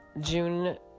June